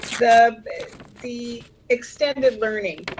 the the extended learning.